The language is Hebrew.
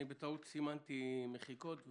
היית אמור לדבר קודם.